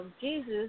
Jesus